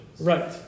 Right